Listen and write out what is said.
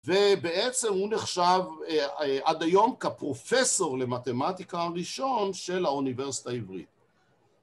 ובעצם הוא נחשב עד היום כפרופסור למתמטיקה הראשון של האוניברסיטה העברית.